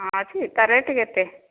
ହଁ ଅଛି ତା ରେଟ୍ କେତେ